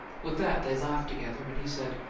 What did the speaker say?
with that they laughed together, and he said,